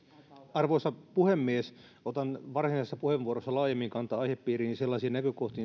arvoisa puhemies otan varsinaisessa puheenvuorossani laajemmin kantaa aihepiiriin ja sellaisiin näkökohtiin